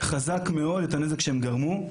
חזק מאוד את הנזק שהם גרמו,